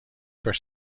per